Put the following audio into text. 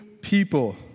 people